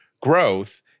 growth